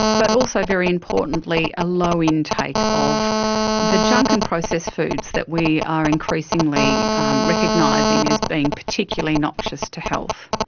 but also very importantly a low intake of the junk and processed foods that we are increasingly recognising as being particularly noxious to health.